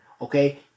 okay